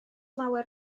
lawer